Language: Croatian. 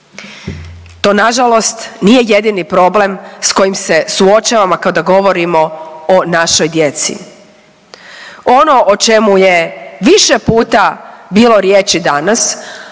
To nažalost nije jedini problem s kojim se suočavamo kada govorimo o našoj djeci. Ono o čemu je više puta bilo riječi danas,